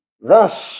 Thus